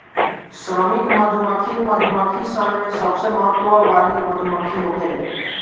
श्रमिक मधुमक्खी मधुमक्खी सन में सबसे महत्व वाली मधुमक्खी होखेले